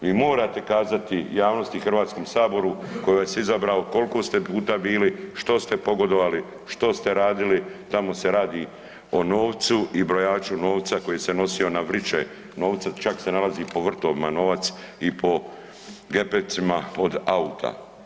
Vi morate kazati javnosti i HS koji vas je izabrao kolko ste puta bili, što ste pogodovali, što ste radili, tamo se radi o novcu i brojaču novca koji se nosio na vriće, novca čak se nalazi po vrtovima novac i po gepecima od auta?